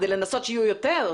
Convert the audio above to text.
כדי לנסות שיהיו יותר?